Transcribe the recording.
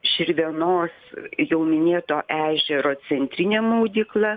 širvienos jau minėto ežero centrinė maudykla